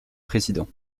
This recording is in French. président